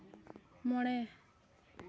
ᱢᱚᱬᱮ